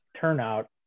turnout